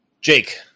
Jake